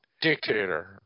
dictator